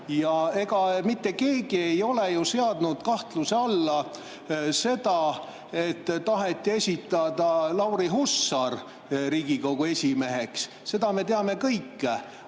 ega mitte keegi ei ole ju seadnud kahtluse alla seda, et taheti esitada Lauri Hussar Riigikogu esimeheks – seda me teame kõik.